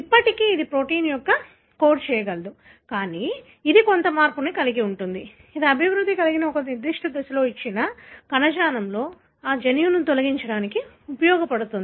ఇప్పటికీ ఇది ప్రోటీన్ కొరకు కోడ్ చేయగలదు కానీ అది కొంత మార్పును కలిగి ఉంది ఇది అభివృద్ధి చెందిన ఒక నిర్దిష్ట దశలో ఇచ్చిన కణజాలంలో ఆ జన్యువును తొలగించడానికి ఉపయోగపడుతుంది